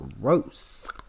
Gross